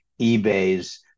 eBay's